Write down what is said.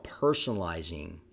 personalizing